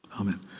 Amen